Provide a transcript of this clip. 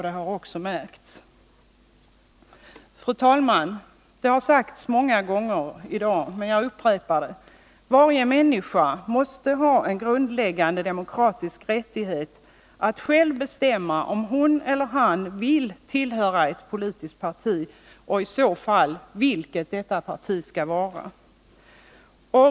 Det har också märkts. Fru talman! Det har sagts många gånger i dag, men jag upprepar det: Varje människa måste ha en grundläggande demokratisk rättighet att själv bestämma om hon eller han vill tillhöra ett politiskt parti och i så fall vilket detta parti skall vara.